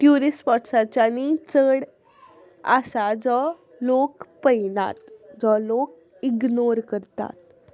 tourist स्पोटाच्यानी चड आसा जो लोक पळयनात जो लोक इग्नोर करतात